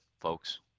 folks